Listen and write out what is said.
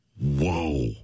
whoa